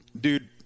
dude